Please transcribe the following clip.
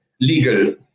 legal